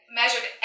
measured